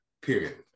period